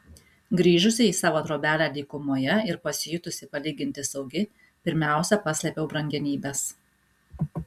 grįžusi į savo trobelę dykumoje ir pasijutusi palyginti saugi pirmiausia paslėpiau brangenybes